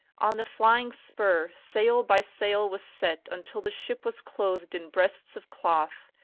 on the flying spur sail by sail was set until the ship was clothed in breasts of cloth,